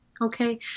okay